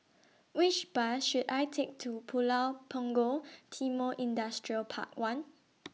Which Bus should I Take to Pulau Punggol Timor Industrial Park one